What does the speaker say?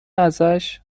ازش